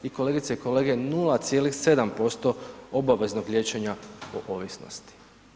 I kolegice i kolege 0,7% obaveznog liječenja ovisnosti.